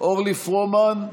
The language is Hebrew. אורלי פרומן,